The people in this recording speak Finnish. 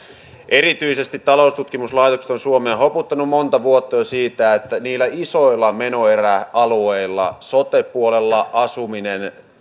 erityisesti taloustutkimuslaitokset ovat suomea hoputtaneet monta vuotta jo siitä että niillä isoilla menoeräalueilla sote puolella asumisessa